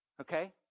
Okay